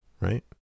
right